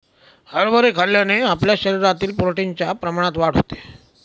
हरभरे खाल्ल्याने आपल्या शरीरातील प्रोटीन च्या प्रमाणात वाढ होते